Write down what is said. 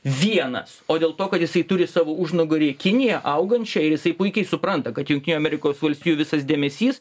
vienas o dėl to kad jisai turi savo užnugarį kiniją augančią ir jisai puikiai supranta kad jungtinių amerikos valstijų visas dėmesys